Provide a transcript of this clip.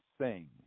sing